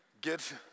get